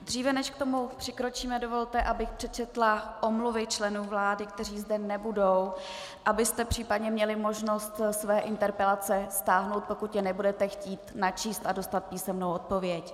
Dříve než k tomu přikročíme, dovolte, abych přečetla omluvy členů vlády, kteří zde nebudou, abyste případně měli možnost svoje interpelace stáhnout, pokud je nebudete chtít načíst a dostat písemnou odpověď.